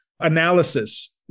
analysis